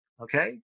okay